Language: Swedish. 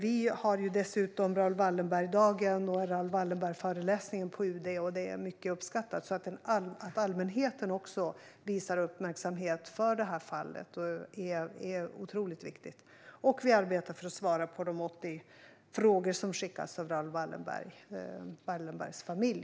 Vi har dessutom Raoul Wallenberg-dagen och Raoul Wallenberg-föreläsningar på UD. Att allmänheten också visar uppmärksamhet för fallet är otroligt viktigt. Vi arbetar också för att svara på de 80 frågor som har skickats till oss av Raoul Wallenbergs familj.